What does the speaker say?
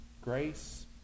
Grace